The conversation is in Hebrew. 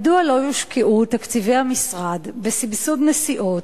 מדוע לא יושקעו תקציבי המשרד בסבסוד נסיעות